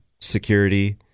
security